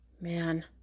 man